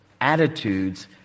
attitudes